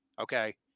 okay